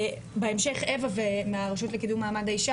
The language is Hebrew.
בהמשך אווה מהרשות לקידום מעמד האישה